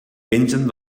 pengen